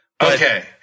Okay